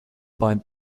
bind